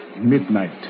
Midnight